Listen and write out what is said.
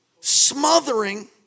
smothering